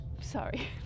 Sorry